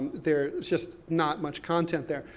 they're just not much content there.